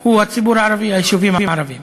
הוא הציבור הערבי, היישובים הערביים.